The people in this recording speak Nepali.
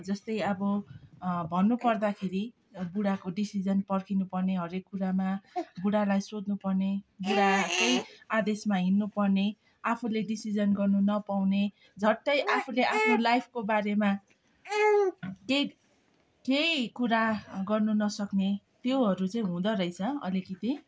जस्तै अब भन्नुपर्दाखेरि बुढाको डिसिसन पर्खिनुपर्ने हरेक कुरामा बुढालाई सोध्नुपर्ने बुढाकै आदेशमा हिँड्नु पर्ने आफूले डिसिसन गर्नु नपाउने झट्टै आफूले आफ्नो लाइफको बारेमा केही केही कुरा गर्नु नसक्ने त्योहरू चाहिँ हुँदो रहेछ अलिकति